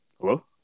Hello